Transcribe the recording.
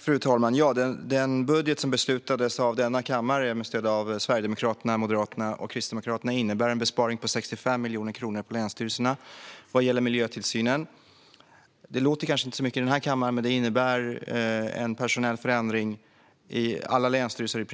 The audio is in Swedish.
Fru talman! Den budget som beslutades av denna kammare med stöd av Sverigedemokraterna, Moderaterna och Kristdemokraterna innebär en besparing på 65 miljoner kronor vad gäller länsstyrelsernas miljötillsyn. Det låter kanske inte som så mycket i den här kammaren, men det innebär en personell förändring för i princip alla länsstyrelser